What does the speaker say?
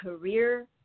career